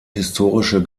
historische